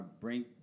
bring